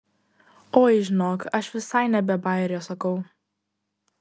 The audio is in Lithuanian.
oi žinok aš visai ne be bajerio sakau